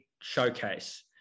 showcase